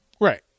Right